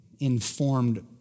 informed